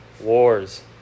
wars